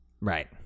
Right